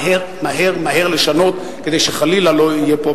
מהר-מהר-מהר לשנות כדי שחלילה לא יהיה פה,